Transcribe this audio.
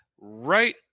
right